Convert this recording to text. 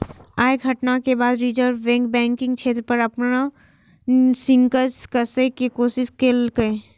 अय घटना के बाद रिजर्व बैंक बैंकिंग क्षेत्र पर अपन शिकंजा कसै के कोशिश केलकै